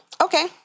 Okay